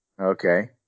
Okay